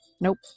nope